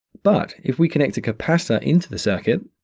but if we connect a capacitor into the circuit,